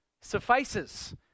suffices